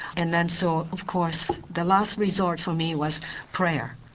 and then so, of course, the last resort for me was prayer.